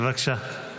בבקשה.